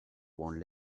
one